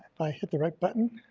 i hit the right button?